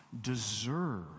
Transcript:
deserve